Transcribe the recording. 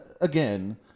again